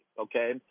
Okay